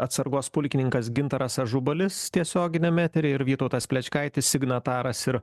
atsargos pulkininkas gintaras ažubalis tiesioginiam etery ir vytautas plečkaitis signataras ir